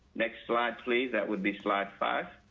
next slide please. that would be slide five.